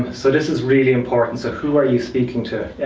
so, this is really important. so who are you speaking to?